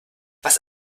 was